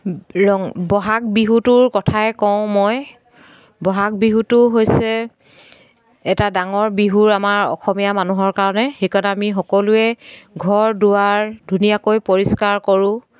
ৰং বহাগ বিহুটোৰ কথাই কওঁ মই বহাগ বিহুটো হৈছে এটা ডাঙৰ বিহু আমাৰ অসমীয়া মানুহৰ কাৰণে সেইকাৰণে আমি সকলোৱে ঘৰ দুৱাৰ ধুনীয়াকৈ পৰিষ্কাৰ কৰোঁ